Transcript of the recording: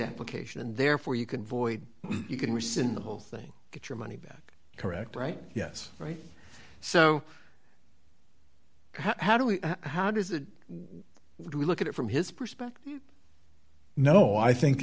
application and therefore you can void you can rescind the whole thing get your money back correct right yes right so how do we how does it do we look at it from his perspective no i